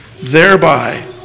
thereby